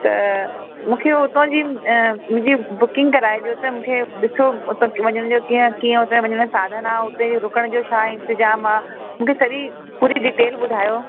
त मूंखे हुतां जी मुंहिंजी बुकिंग कराए ॾियो त मूंखे ॾिसो हुतां वञण जो कीअं हुते वञण जो साधनु आहे हुते रुकण जो शा इंतिज़ामु आहे मूंखे सॼी पूरी डिटेल ॿुधायो